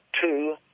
two